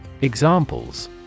Examples